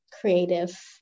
creative